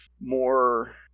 more